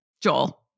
Joel